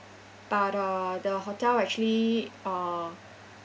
but uh the hotel actually uh